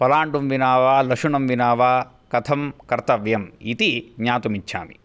पलाण्डुं विना वा लशुनं विना वा कथं कर्तव्यम् इति ज्ञातुम् इच्छामि